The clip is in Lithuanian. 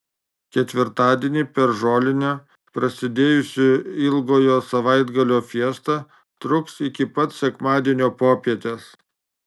ketvirtadienį per žolinę prasidėjusi ilgojo savaitgalio fiesta truks iki pat sekmadienio popietės